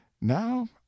Now